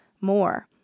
more